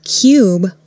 cube